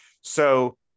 So-